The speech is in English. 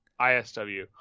ISW